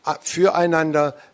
füreinander